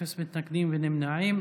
אפס מתנגדים ואפס נמנעים.